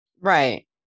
right